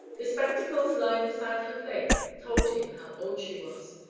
the spectacles lying beside her plate told him how old she was,